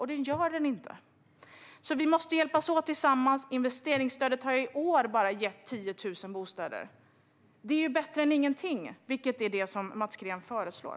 Men det gör den inte, så vi måste hjälpas åt tillsammans. Investeringsstödet har bara i år gett 10 000 bostäder. Det är bättre än ingenting, vilket är vad Mats Green föreslår.